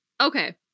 Okay